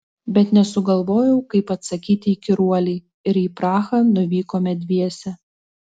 bet nesugalvojau kaip atsakyti įkyruolei ir į prahą nuvykome dviese